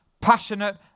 passionate